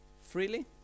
freely